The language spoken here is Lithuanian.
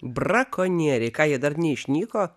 brakonieriai ką jie dar neišnyko